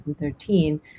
2013